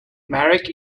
marek